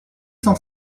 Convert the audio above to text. cent